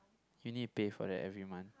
you need pay for that every month